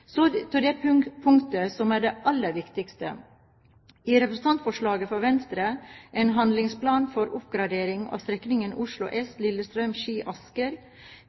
Så til det punktet som er det aller viktigste i representantforslaget fra Venstre: en handlingsplan for oppgradering av strekningene Oslo